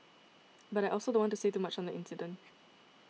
but I also don't want to say too much on the incident